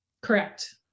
Correct